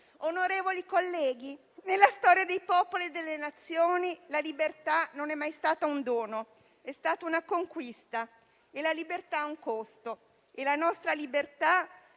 Onorevoli colleghi, nella storia dei popoli e delle Nazioni la libertà non è mai stata un dono, è stata una conquista, e la libertà ha un costo. La nostra libertà